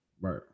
Right